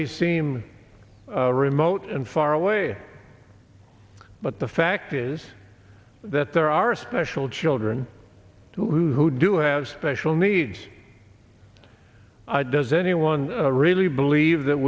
may seem remote and far away but the fact is that there are special children who do have special needs i does anyone really believe that